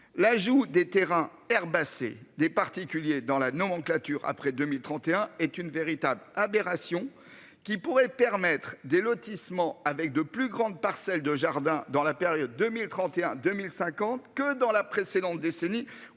L'ajout des terrains herbacées des particuliers dans la nomenclature après 2031 est une véritable aberration qui pourraient permettre des lotissements avec de plus grandes parcelles de jardin dans la période 2031 2050 que dans la précédente décennie